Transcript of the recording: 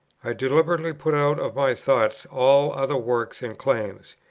i deliberately put out of my thoughts all other works and claims,